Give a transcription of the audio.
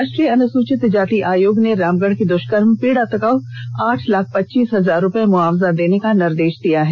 राष्ट्रीय अनुसूचित जाति आयोग ने रामगढ़ की दुष्कर्म पीड़िता को आठ लाख पच्चीस हजार रूपए मुआवजा देने का निर्देश दिया है